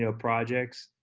you know projects.